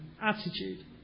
attitude